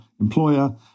employer